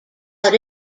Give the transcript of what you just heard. out